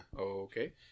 Okay